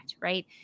right